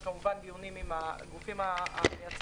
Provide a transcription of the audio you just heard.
וכמובן דיונים עם הגופים המייצגים.